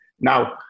Now